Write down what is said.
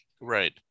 right